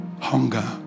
Hunger